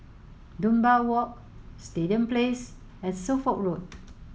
Dunbar Walk Stadium Place and Suffolk Road